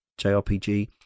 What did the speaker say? JRPG